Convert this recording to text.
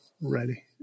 ready